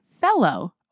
fellow